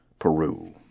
Peru